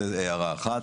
זו הערה אחת.